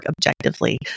objectively